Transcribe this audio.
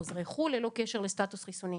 חוזרי חו"ל ללא קשר לסטטוס חיסוני.